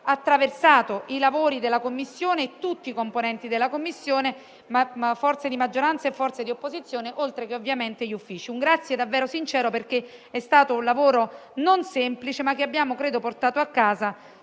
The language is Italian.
attraversato i lavori della Commissione e tutti i suoi membri, forze di maggioranza e forze di opposizione, oltre che ovviamente gli uffici. Il mio è un ringraziamento davvero sincero, perché è stato un lavoro non semplice, ma che abbiamo portato a casa